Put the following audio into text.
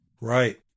Right